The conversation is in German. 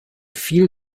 viel